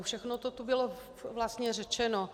Všechno to tu bylo vlastně řečeno.